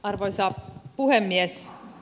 arvoisa puhemies